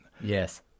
Yes